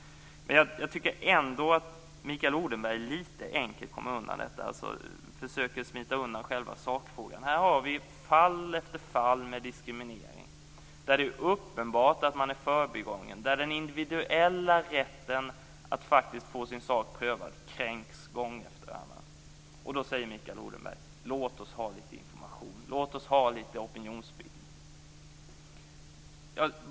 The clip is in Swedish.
Jag tycker ändå att Mikael Odenberg kommer undan lite väl enkelt och försöker smita undan från sakfrågan. Vi kan se fall efter fall av diskriminering där det är uppenbart att personer är förbigångna. Deras individuella rätt att faktiskt få sin sak prövad kränks gång efter annan. Då säger Mikael Odenberg: Låt oss sprida lite information! Låt oss ha lite av opinionsbildning!